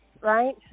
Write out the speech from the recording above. right